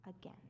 again